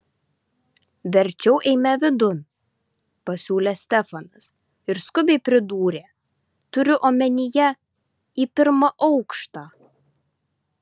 verčiau eime vidun pasiūlė stefanas ir skubiai pridūrė turiu omenyje į pirmą aukštą